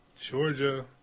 Georgia